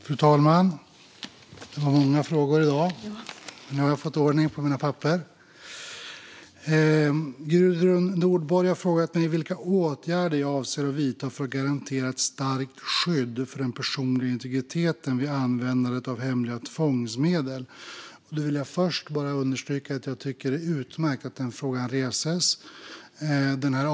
Fru talman! Gudrun Nordborg har frågat mig vilka åtgärder jag avser att vidta för att garantera ett starkt skydd för den personliga integriteten vid användandet av hemliga tvångsmedel. Jag vill först bara understryka att jag tycker att det är utmärkt att den frågan reses.